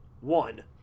one